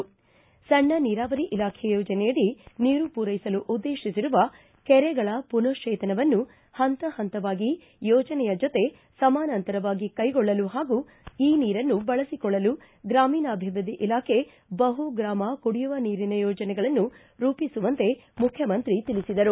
ಸಣ್ಣ ನೀರಾವರಿ ಇಲಾಖೆ ಯೋಜನೆಯಡಿ ನೀರು ಪೂರೈಸಲು ಉದ್ದೇಶಿಸಿರುವ ಕೆರೆಗಳ ಪುನಶ್ವೇತನವನ್ನು ಹಂತ ಹಂತವಾಗಿ ಯೋಜನೆಯ ಜೊತೆ ಸಮಾನಾಂತರವಾಗಿ ಕೈಗೊಳ್ಳಲು ಹಾಗೂ ಈ ನೀರನ್ನು ಬಳಸಿಕೊಳ್ಳಲು ಗ್ರಾಮೀಣಾಭಿವೃದ್ಧಿ ಇಲಾಖೆ ಬಹುಗ್ರಾಮ ಕುಡಿಯುವ ನೀರಿನ ಯೋಜನೆಗಳನ್ನು ರೂಪಿಸುವಂತೆ ಮುಖ್ಯಮಂತ್ರಿ ತಿಳಿಸಿದರು